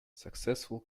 successful